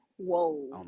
whoa